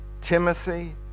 Timothy